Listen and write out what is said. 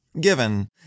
given